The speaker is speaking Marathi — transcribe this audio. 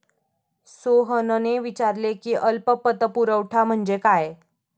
सोहनने विचारले अल्प पतपुरवठा म्हणजे काय?